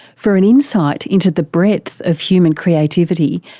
for an insight into the breadth of human creativity,